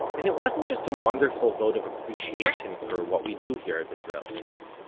and it wasn't just a wonderful vote of appreciation for what we do here at israel story.